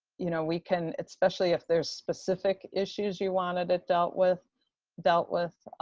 you know, we can especially if there's specific issues you wanted that dealt with dealt with